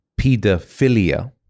pedophilia